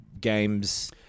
games